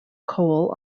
cole